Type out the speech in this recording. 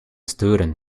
student